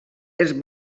els